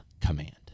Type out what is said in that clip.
command